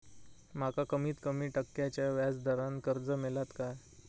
माका कमीत कमी टक्क्याच्या व्याज दरान कर्ज मेलात काय?